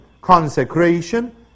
Consecration